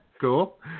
Cool